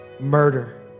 murder